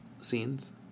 scenes